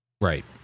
Right